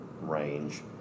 range